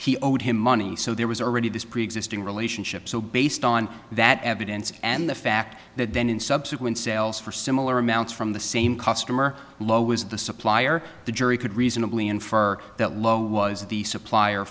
he owed him money so there was already this preexisting relationship so based on that evidence and the fact that then in subsequent sales for similar amounts from the same customer lho was the supplier the jury could reasonably infer that lho was the supplier